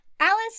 Alice